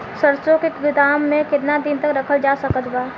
सरसों के गोदाम में केतना दिन तक रखल जा सकत बा?